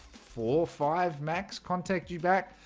for five max contact you back